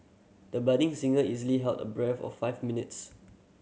the budding singer easily held a breath or five minutes